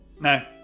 No